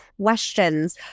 questions